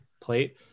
plate